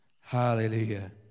Hallelujah